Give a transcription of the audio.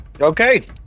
Okay